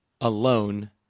alone